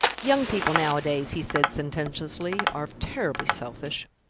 young people nowadays, he said sententiously, are terribly selfish.